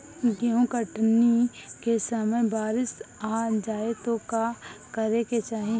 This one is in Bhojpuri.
गेहुँ कटनी के समय बारीस आ जाए तो का करे के चाही?